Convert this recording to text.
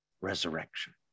resurrection